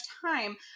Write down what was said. time